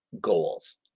goals